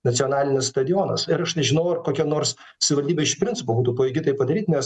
nacionalinis stadionas ir aš nežinau ar kokia nors savivaldybė iš principo būtų pajėgi tai padaryt nes